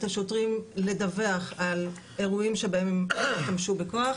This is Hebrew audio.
השוטרים לדווח על אירועים שבהם הם השתמשו בכוח,